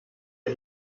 est